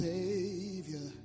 Savior